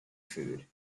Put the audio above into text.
food